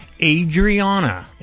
Adriana